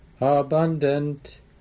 abundant